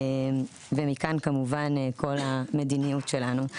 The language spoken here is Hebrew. ומכאן כמובן כל המדיניות שלנו.